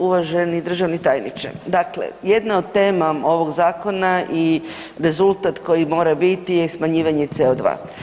Uvaženi državni tajniče, dakle jedna od tema ovog zakona i rezultat koji mora biti je smanjivanje CO2.